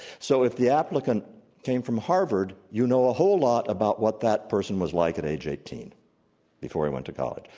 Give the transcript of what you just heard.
so if the applicant came from harvard, you know a whole lot about what person was like at age eighteen before he went to college.